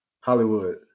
Hollywood